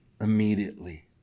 immediately